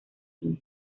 cine